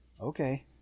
okay